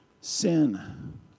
Sin